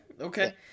Okay